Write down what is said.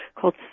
called